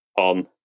on